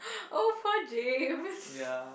oh poor James